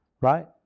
Right